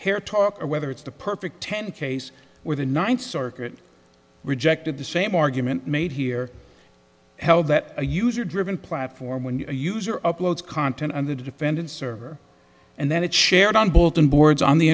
hair talk or whether it's the perfect ten case where the ninth circuit rejected the same argument made here how that a user driven platform when a user uploads content on the defendant's server and that it shared on bulletin boards on the